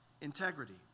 Integrity